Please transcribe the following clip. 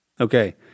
Okay